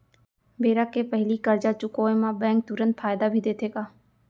बेरा के पहिली करजा चुकोय म बैंक तुरंत फायदा भी देथे का?